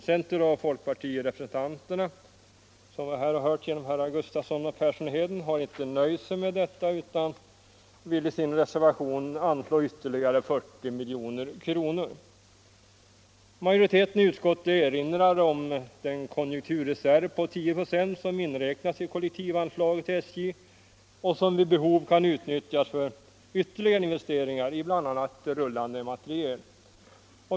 Centerns och folkpartiets representanter har, som vi här hört genom herr Gustafson och herr Persson i Heden, inte nöjt sig med detta, utan vill i sin reservation anslå ytterligare 40 milj.kr. Majoriteten i utskottet erinrar om den konjunkturreserv på 10 96 som inräknas i kollektivanslaget till SJ och som vid behov kan utnyttjas för ytterligare investeringar i bl.a. rullande materiel.